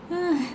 !hais!